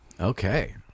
Okay